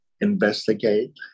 investigate